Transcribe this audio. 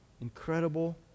incredible